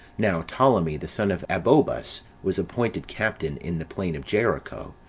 now ptolemee, the son of abobus, was appointed captain in the plain of jericho,